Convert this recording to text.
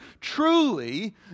truly